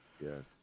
Yes